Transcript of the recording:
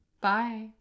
Bye